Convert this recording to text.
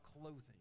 clothing